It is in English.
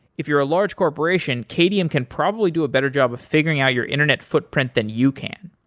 if you're a large corporation, qadium can probably do a better job of figuring out your internet footprint than you can.